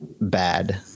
bad